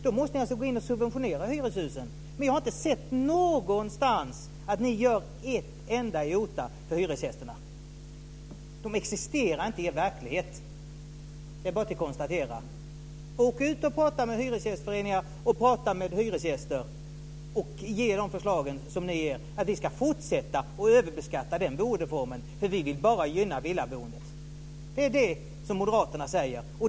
Då måste ni alltså gå in och subventionera hyreshusen. Jag har inte sett någonstans att ni gör ett enda jota för hyresgästerna - de existerar inte i er verklighet. Det är bara att konstatera det. Åk ut och prata med hyresgästföreningar och med hyresgäster och ge dem de förslag som ni har att fortsätta att överbeskatta den boendeformen därför att ni bara vill gynna villaboendet! Det är det som Moderaterna säger.